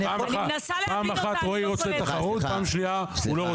אני מנסה להבין אותה ואני לא קולטת.